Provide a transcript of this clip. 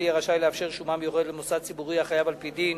יהיה רשאי לאפשר שומה מיוחדת למוסד ציבורי החייב על-פי דין